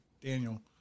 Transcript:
Daniel